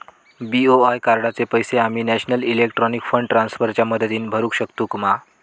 BOI कार्डाचे पैसे आम्ही नेशनल इलेक्ट्रॉनिक फंड ट्रान्स्फर च्या मदतीने भरुक शकतू मा?